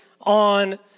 on